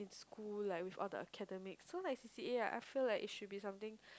who like with all the academics so like C_C_A I feel like it should be something